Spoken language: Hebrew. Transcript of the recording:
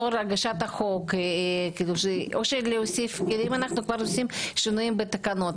אם כבר אנחנו עושים שינויים בתקנות,